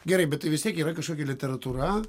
gerai bet tai vis tiek yra kažkokia literatūra